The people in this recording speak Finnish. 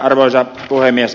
arvoisa puhemies